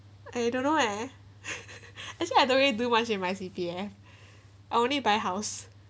I don't know eh actually I don't do much with my C_P_F I only buy house